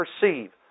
perceive